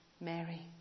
Mary